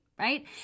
right